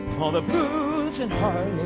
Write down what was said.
all the booze and harlots